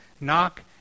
knock